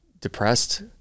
depressed